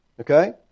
Okay